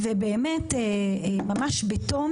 וממש בתום